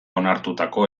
onartutako